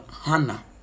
Hannah